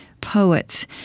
poets